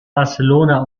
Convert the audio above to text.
barcelona